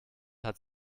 hat